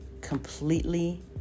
completely